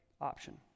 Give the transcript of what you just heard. option